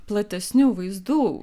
platesnių vaizdų